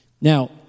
Now